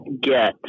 get